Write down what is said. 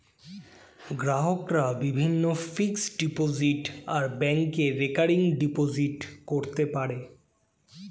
গ্রাহকরা বিভিন্ন fixed deposit আর ব্যাংকে রেকারিং ডিপোজিট করতে পারে